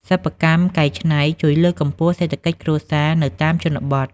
សិប្បកម្មកែច្នៃជួយលើកកម្ពស់សេដ្ឋកិច្ចគ្រួសារនៅតាមជនបទ។